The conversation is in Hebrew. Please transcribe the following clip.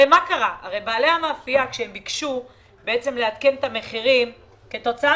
בעלי המאפייה כשהם ביקשו לעדכן את המחירים כתוצאה